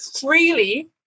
freely